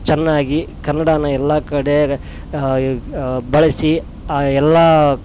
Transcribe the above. ಚೆನ್ನಾಗಿ ಕನ್ನಡನ ಎಲ್ಲ ಕಡೆ ಬಳಸಿ ಆ ಎಲ್ಲ